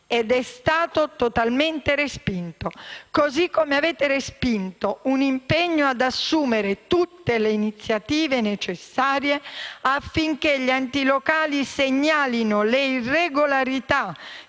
ed è stato totalmente respinto. Così come avete respinto un impegno ad assumere tutte le iniziative necessarie affinché gli enti locali segnalino le irregolarità